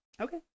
okay